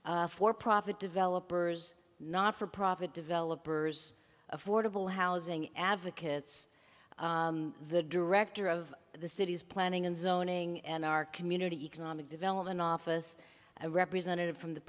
had for profit developers not for profit developers affordable housing advocates the director of the city's planning and zoning and our community economic development office a representative from the